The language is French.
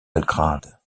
belgrade